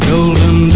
Golden